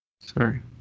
sorry